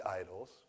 idols